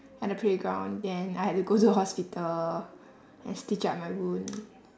at the playground then I had to go to the hospital and stitch up my wound